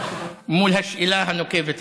מול השאלה הנוקבת הזאת.